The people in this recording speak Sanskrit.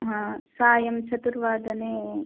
हा सायं चतुर्वादने